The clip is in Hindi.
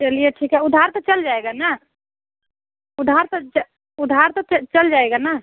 चलिए ठीक है उधार तो चल जाएगा ना उधार तो उधार तो चल जाएगा ना